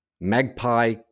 Magpie